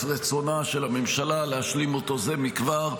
רצונה של הממשלה להשלים אותו זה מכבר.